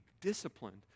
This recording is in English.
disciplined